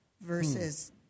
versus